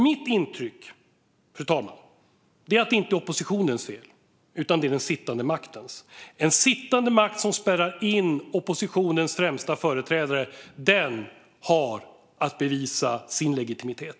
Mitt intryck är att det inte är oppositionens fel utan den sittande maktens. En sittande makt som spärrar in oppositionens främsta företrädare har att bevisa sin legitimitet.